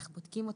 איך בודקים אותו,